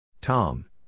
Tom